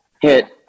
hit